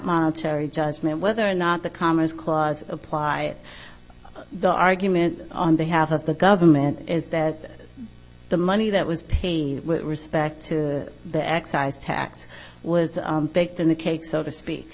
monetary judgment whether or not the commerce clause apply the argument on the half of the government is that the money that was paid with respect to the excise tax was baked in the cake so to speak